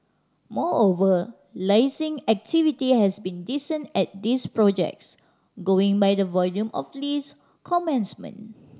moreover leasing activity has been decent at these projects going by the volume of lease commencement